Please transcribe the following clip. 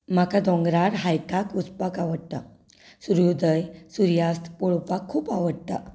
म्हाका दोंगरार हायकाक वचपाक आवडटा सुर्योदय सुर्यास्त पळोवपाक खूब आवडटा